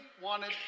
wanted